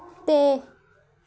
ਅਤੇ